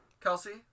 Kelsey